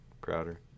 Crowder